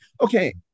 Okay